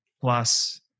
Plus